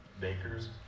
Bakers